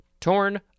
torn